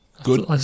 Good